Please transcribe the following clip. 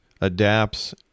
adapts